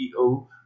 CEO